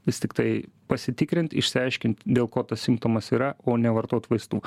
vis tiktai pasitikrint išsiaiškint dėl ko tas simptomas yra o ne vartot vaistų